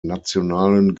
nationalen